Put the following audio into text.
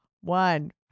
one